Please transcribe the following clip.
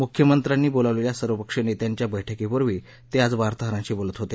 मुख्यमंत्र्यांनी बोलावलेल्या सर्वपक्षीय नेत्यांच्या बैठकीपूर्वी ते आज वार्ताहरांशी बोलत होते